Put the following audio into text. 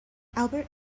albert